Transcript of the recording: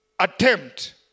Attempt